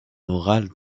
moral